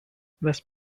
west